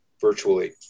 virtually